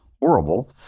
horrible